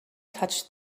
touched